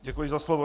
Děkuji za slovo.